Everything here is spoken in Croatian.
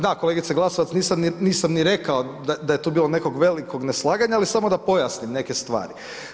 Da kolegice Glasovac, nisam ni rekao da je tu bilo nekog velikog neslaganja, ali, samo da pojasnim neke stvari.